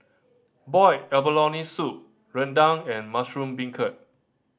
boiled abalone soup rendang and mushroom beancurd